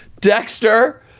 Dexter